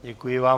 Děkuji vám.